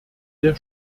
der